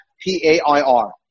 P-A-I-R